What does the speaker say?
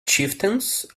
chieftains